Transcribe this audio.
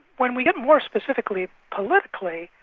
when we get more specifically politically,